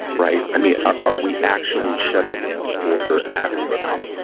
right. i mean, are we actually shutting down the border adequately?